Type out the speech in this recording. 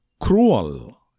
Cruel